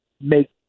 make